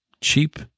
cheap